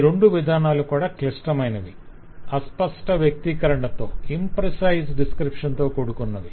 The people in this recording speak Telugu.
ఈ రెండు విధానాలు కూడా క్లిష్టమైనవి అస్పష్ట వ్యక్తీకరణతో కూడుకొన్నవి